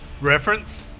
reference